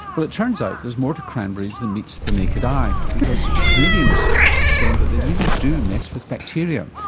well, it turns out that there's more to cranberries than meets the naked eye, because canadian research has shown that they really do mess with bacteria.